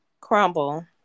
Crumble